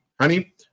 honey